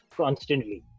constantly